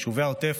ביישובי העוטף,